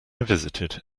visited